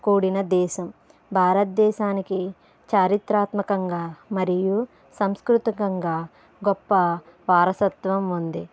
కూడిన దేశం భారతదేశానికి చారిత్రాత్మకంగా మరియు సాంస్కృతికంగా గొప్ప వారసత్వం ఉంది